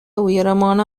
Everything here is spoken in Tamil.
உயரமான